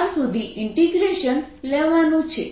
R સુધી integration લેવાનું છે